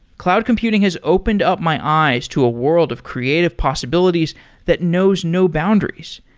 cloud computing has opened up my eyes to a world of creative possibilities that knows no boundaries,